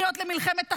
קריאות למלחמת אחים,